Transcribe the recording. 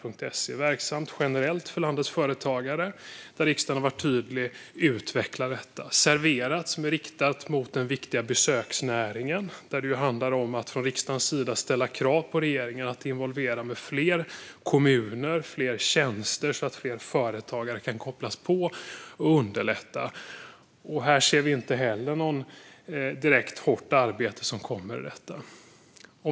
Verksamt.se riktar sig till landets företagare generellt, och riksdagen har varit tydlig: Utveckla detta! Serverat riktas mot den viktiga besöksnäringen, där det handlar om att från riksdagens sida ställa krav på regeringen att underlätta och involvera fler kommuner och tjänster så att fler företagare kan kopplas på. Här ser vi inte heller att det kommer något direkt hårt arbete.